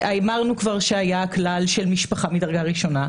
אמרנו כבר שהיה כלל של משפחה מדרגה ראשונה,